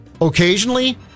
Occasionally